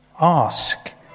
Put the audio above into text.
Ask